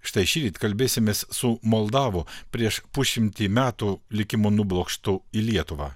štai šįryt kalbėsimės su moldavu prieš pusšimtį metų likimo nublokštų į lietuvą